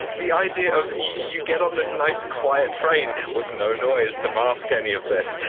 the idea of. you get on this nice quiet train, with no noise to mask any of this,